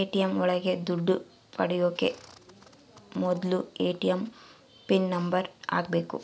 ATM ಒಳಗ ದುಡ್ಡು ಪಡಿಯೋಕೆ ಮೊದ್ಲು ಎ.ಟಿ.ಎಂ ಪಿನ್ ನಂಬರ್ ಹಾಕ್ಬೇಕು